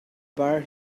bar